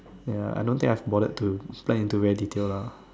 ya I don't think I've bothered to plan into very detail lah